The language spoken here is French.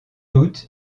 août